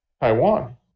Taiwan